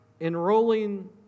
Enrolling